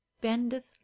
bendeth